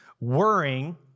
Worrying